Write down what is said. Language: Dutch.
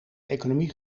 economie